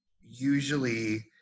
usually